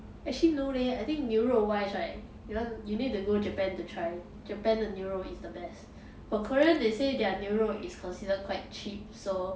actually no leh I think 牛肉 wise right you want you need to go japan to try japan 的牛肉 is the best for korean they say their 牛肉 is considered quite cheap so